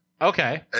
Okay